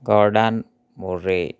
gordon murray